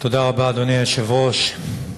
אדוני היושב-ראש,